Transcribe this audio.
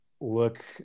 look